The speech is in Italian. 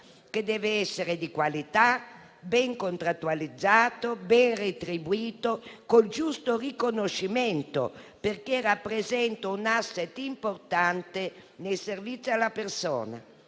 che dev'essere di qualità, ben contrattualizzato e ben retribuito, col giusto riconoscimento, perché rappresenta un *asset* importante nei servizi alla persona.